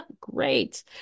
great